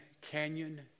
Canyon